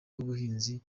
y’ubuhinzi